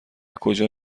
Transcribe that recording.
کجا